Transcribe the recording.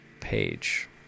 page